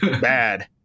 bad